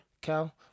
Cal